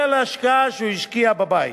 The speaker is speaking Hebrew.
וההשקעה שהוא השקיע בבית.